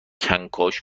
کنکاش